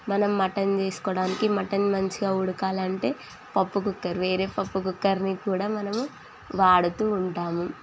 మనం మటన్ చేసుకోవడానికి మటన్ మంచిగా ఉడకాలి అంటే పప్పు కుక్కరు వేరే పప్పు కుక్కర్నీ కూడా మనము వాడుతూ ఉంటాము